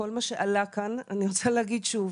אני רוצה להגיד שוב: